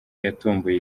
yatomboye